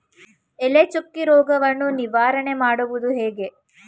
ಎಲೆ ಚುಕ್ಕಿ ರೋಗವನ್ನು ನಿವಾರಣೆ ಮಾಡುವುದು ಹೇಗೆ?